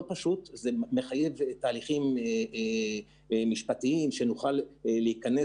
כי זה מחייב תהליכים משפטיים שיאפשרו לנו להיכנס